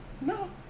No